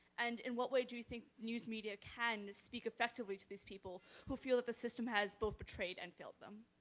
and in what way do you think news media can speak effectively to these people who feel that the system has both betrayed and failed them?